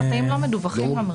חטאים לא מדווחים למרשם.